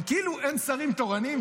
הם שרים תורנים,